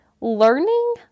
learning